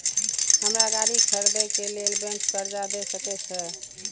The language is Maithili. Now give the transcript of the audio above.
हमरा गाड़ी खरदे के लेल बैंक कर्जा देय सके छे?